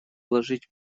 заложить